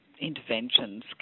interventions